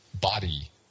body